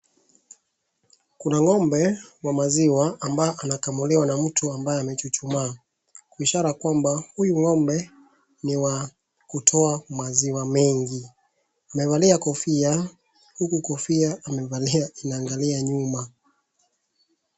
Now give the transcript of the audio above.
Kuna ng'ombe wa maziwa ambaye anakamuliwa na mtu ambaye anachuchuma inshalla kuwa huyu ng'ombe ni wa kutoa maziwa mengi. Amevalia kofia, huku kofia amevalia imeangalia nyuma.